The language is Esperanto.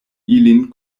ilin